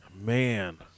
man